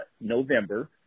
November